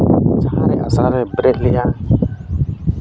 ᱡᱟᱦᱟᱸ ᱟᱥᱲᱟ ᱞᱮ ᱵᱮᱨᱮᱫ ᱞᱮᱜᱼᱟ